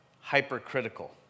hypercritical